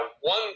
one